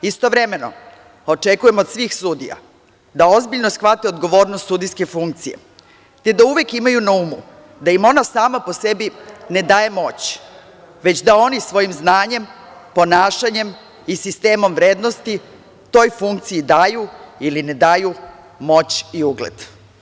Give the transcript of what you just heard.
Istovremeno očekujem od svih sudija da ozbiljno shvate odgovornost sudijske funkcije, te da uvek imaju na umu da im ona sama po sebi ne daje moć, već da oni svojim znanjem, ponašanjem i sistemom vrednosti toj funkciji daju ili ne daju moć i ugled.